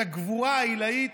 את הגבורה העילאית,